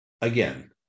again